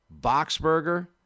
Boxberger